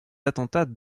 attentat